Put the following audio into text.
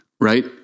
right